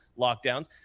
lockdowns